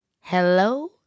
Hello